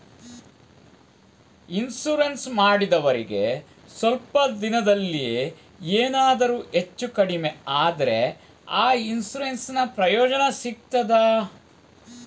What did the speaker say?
Insurance ಮಾಡಿದವರಿಗೆ ಸ್ವಲ್ಪ ದಿನದಲ್ಲಿಯೇ ಎನಾದರೂ ಹೆಚ್ಚು ಕಡಿಮೆ ಆದ್ರೆ ಆ ಇನ್ಸೂರೆನ್ಸ್ ನ ಪ್ರಯೋಜನ ಸಿಗ್ತದ?